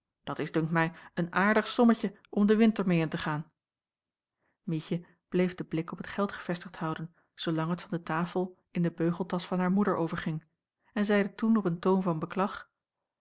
dat is dunkt mij een aardig sommetje om den winter meê in te gaan mietje bleef den blik op het geld gevestigd houden zoolang het van de tafel in den beugeltas van haar moeder overging en zeide toen op een toon van beklag